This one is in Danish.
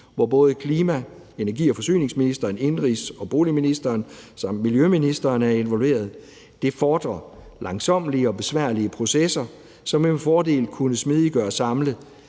hvor både klima-, energi- og forsyningsministeren, indenrigs- og boligministeren samt miljøministeren er involveret. Det fordrer langsommelige og besværlige processer, hvor man med fordel kunne smidiggøre det